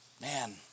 man